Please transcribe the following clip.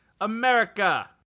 America